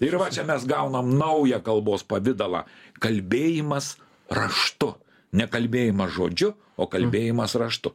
ir va čia mes gaunam naują kalbos pavidalą kalbėjimas raštu ne kalbėjimas žodžiu o kalbėjimas raštu